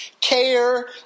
care